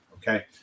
Okay